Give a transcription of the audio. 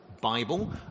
Bible